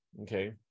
okay